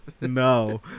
No